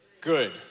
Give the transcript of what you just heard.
good